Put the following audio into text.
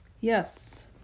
Yes